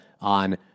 on